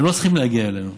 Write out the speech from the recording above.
הם לא צריכים להגיע אלינו,